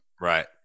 Right